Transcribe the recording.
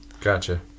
Gotcha